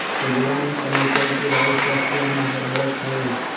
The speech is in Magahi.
पूजवा ने कहल कई कि राई स्वस्थ्य ला लाभदायक हई